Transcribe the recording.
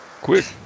quick